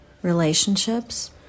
relationships